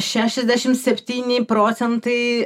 šešiasdešim septyni procentai